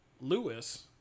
Lewis